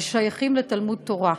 השייכים לתלמוד-תורה.